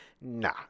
nah